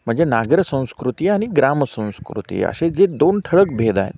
म्हणजे नागर संस्कृती आणि ग्राम संंस्कृती असे जे दोन ठळक भेद आहेत